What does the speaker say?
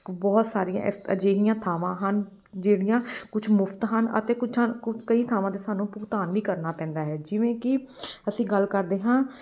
ਬਹੁਤ ਸਾਰੀਆਂ ਇਸ ਅਜਿਹੀਆਂ ਥਾਵਾਂ ਹਨ ਜਿਹੜੀਆਂ ਕੁਛ ਮੁਫਤ ਹਨ ਅਤੇ ਕੁਛ ਆ ਕਈ ਥਾਵਾਂ 'ਤੇ ਸਾਨੂੰ ਭੁਗਤਾਨ ਵੀ ਕਰਨਾ ਪੈਂਦਾ ਹੈ ਜਿਵੇਂ ਕਿ ਅਸੀਂ ਗੱਲ ਕਰਦੇ ਹਾਂ